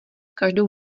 každou